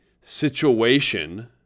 situation